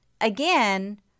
again